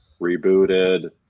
rebooted